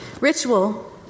Ritual